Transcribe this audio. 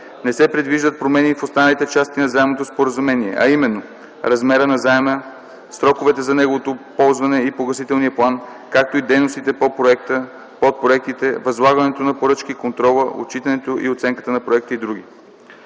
Не се предвиждат промени в останалите части на Заемното споразумение, а именно, размера на заема, сроковете за неговото ползване и погасителния план, както и дейностите по проекта, подпроектите, възлагането на поръчки, контрола, отчитането и оценката на проекта и др.